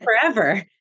forever